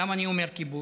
למה אני אומר כיבוש?